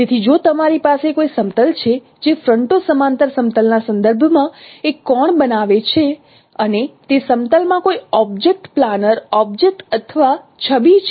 તેથી જો તમારી પાસે કોઈ સમતલ છે જે ફ્રન્ટો સમાંતર સમતલના સંદર્ભમાં એક કોણ બનાવે છે અને તે સમતલમાં કોઈ ઓબ્જેક્ટ પ્લાનર ઓબ્જેક્ટ અથવા છબી છે